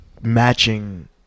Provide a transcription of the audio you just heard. matching